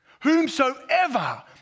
whomsoever